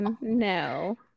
No